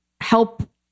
help